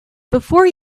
before